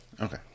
Okay